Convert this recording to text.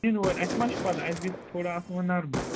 یِنہٕ وٲلۍ اَسہِ ما چھِ پتہٕ اَسہِ گژھ تھوڑا آسُن وۅنۍ نَرمٕے